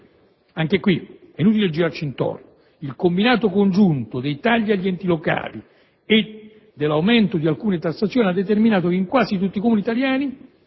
Anche qui, è inutile girarci intorno: il combinato congiunto dei tagli agli enti locali e l'aumento di alcune tassazioni locali ha determinato che quasi tutti i Comuni italiani,